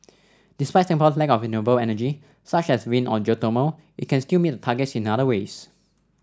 despite Singapore's lack of renewable energy such as wind or geothermal it can still meet the targets in other ways